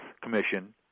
Commission